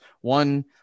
One